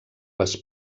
les